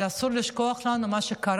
אבל אסור לנו לשכוח את מה שקרה,